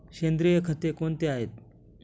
सेंद्रिय खते कोणती आहेत?